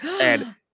And-